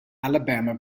alabama